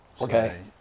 okay